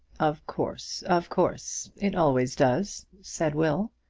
of course of course. it always does, said will.